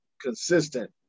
consistent